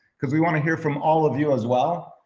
because we want to hear from all of you as well.